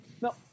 no